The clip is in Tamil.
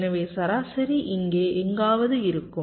எனவே சராசரி இங்கே எங்காவது இருக்கும்